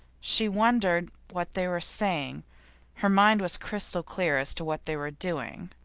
she wondered what they were saying her mind was crystal clear as to what they were doing.